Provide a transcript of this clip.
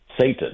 Satan